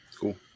Cool